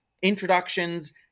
introductions